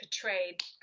portrayed